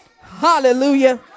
Hallelujah